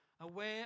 Aware